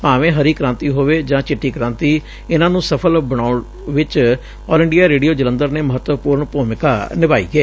ਭਾਵੇਂ ਹਰੀ ਕ੍ਾਂਤੀ ਹੋਵੇ ਜਾਂ ਚਿੱਟੀ ਕ੍ਾਂਤੀ ਇਨ੍ਹਾਂ ਨੂੰ ਸਫ਼ਲ ਬਣਾਉਣ ਵਿਚ ਆਲ ਇੰਡੀਆ ਰੇਡੀਓ ਜਲੰਧਰ ਨੇ ਮਹੱਤਵਪੁਰਨ ਭੁਮਿਕਾ ਨਿਭਾਈ ਏ